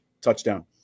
touchdown